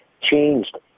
changed